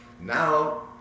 Now